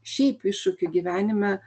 šiaip iššūkių gyvenime